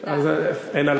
תודה.